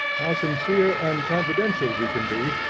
how sincere and confidential we can be,